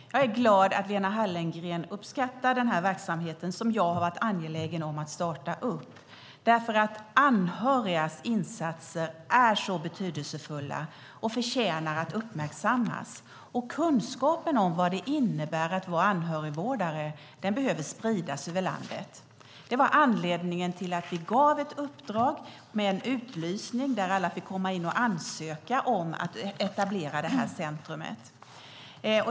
Herr talman! Jag är glad över att Lena Hallengren uppskattar den här verksamheten, som jag har varit angelägen om att starta. Anhörigas insatser är nämligen betydelsefulla och förtjänar att uppmärksammas. Och kunskapen om vad det innebär att vara anhörigvårdare behöver spridas över landet. Det var anledningen till att vi gav ett uppdrag med en utlysning. Alla fick komma in och ansöka om att etablera det här centrumet.